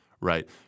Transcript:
right